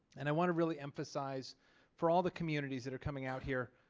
and i want to really emphasize for all the communities that are coming out here.